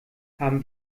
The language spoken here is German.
haben